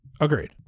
Agreed